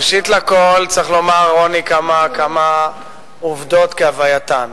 ראשית לכול צריך לומר, רוני, כמה עובדות כהווייתן.